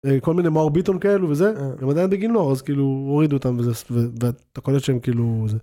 כל מיני מור ביטון כאלו וזה, הם עדיין בגינור, אז כאילו הורידו אותם וזה, ואתה יכול להיות שהם כאילו...